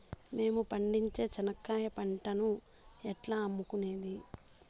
మేము పండించే చెనక్కాయ పంటను ఎట్లా అమ్ముకునేది?